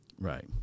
Right